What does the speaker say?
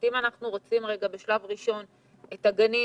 אם אנחנו רוצים בשלב ראשון להחזיר את הגנים